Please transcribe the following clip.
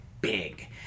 big